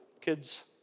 Kids